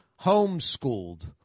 homeschooled